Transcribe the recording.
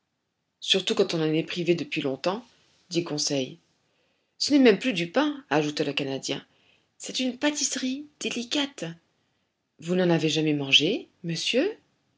surtout quand on en est privé depuis longtemps dit conseil ce n'est même plus du pain ajouta le canadien c'est une pâtisserie délicate vous n'en avez jamais mange monsieur